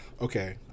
okay